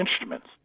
instruments